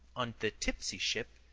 on the tipsy ship,